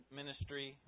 ministry